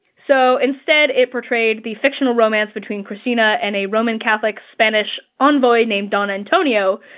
so instead it portrayed the fictional romance between kristina and a roman catholic spanish envoy named don antonio,